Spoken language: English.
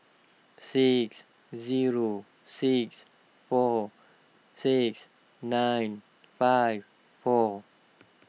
six zero six four six nine five four